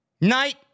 night